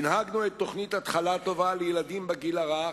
הנהגנו את תוכנית "התחלה טובה" לילדים בגיל הרך,